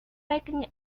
biking